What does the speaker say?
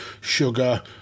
Sugar